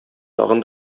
тагын